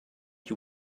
you